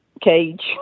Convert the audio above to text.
cage